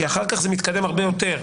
כי אחר כך זה מתקדם הרבה יותר,